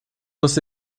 você